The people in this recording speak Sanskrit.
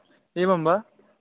एवं वा